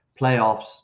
playoffs